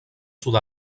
sud